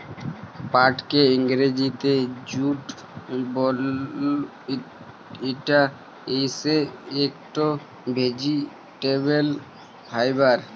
পাটকে ইংরজিতে জুট বল, ইটা হইসে একট ভেজিটেবল ফাইবার